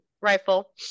rifle